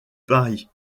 paris